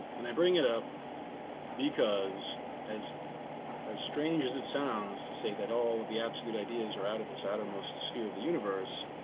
and i bring it up because as as strange as it sounds to say that all of the absolute ideas are out at this outermost sphere of the universe,